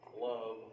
Love